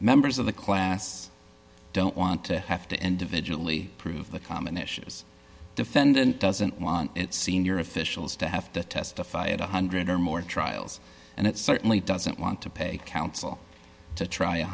members of the class don't want to have to individual prove the common issues defendant doesn't want its senior officials to have to testify at one hundred dollars or more trials and it certainly doesn't want to pay counsel to try a